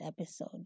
episode